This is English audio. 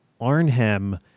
Arnhem